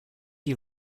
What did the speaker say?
you